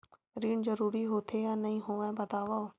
ऋण जरूरी होथे या नहीं होवाए बतावव?